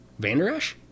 Vanderash